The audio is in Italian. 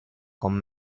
con